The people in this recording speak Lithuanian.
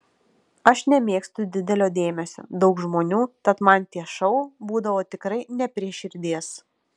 aš nemėgstu didelio dėmesio daug žmonių tad man tie šou būdavo tikrai ne prie širdies